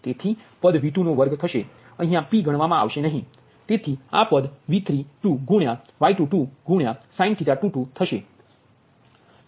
તેથી પદ V2નો વર્ગ થશે અહીયા P ગણવામા આવશે નહી તેથી આ પદ 2Y22sin 22 થશે